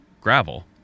gravel